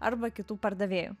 arba kitų pardavėjų